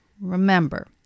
remember